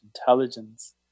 intelligence